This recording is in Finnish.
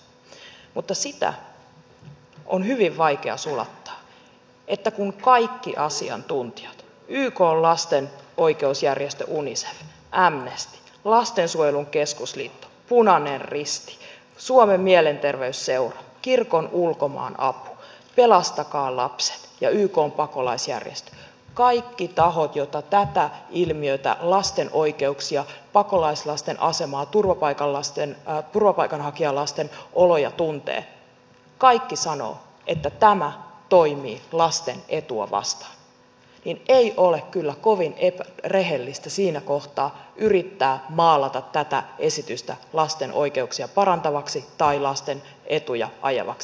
mutta sitä on hyvin vaikea sulattaa että kun kaikki asiantuntijat ykn lasten oikeusjärjestö unicef amnesty lastensuojelun keskusliitto punainen risti suomen mielenterveysseura kirkon ulkomaanapu pelastakaa lapset ja ykn pakolaisjärjestöt kaikki tahot jotka tätä ilmiötä lasten oikeuksia pakolaislasten asemaa turvapaikanhakijalasten oloja tuntevat kaikki sanovat että tämä toimii lasten etua vastaan niin ei ole kyllä kovin rehellistä siinä kohtaa yrittää maalata tätä esitystä lasten oikeuksia parantavaksi tai lasten etuja ajavaksi